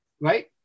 right